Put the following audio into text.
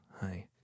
hi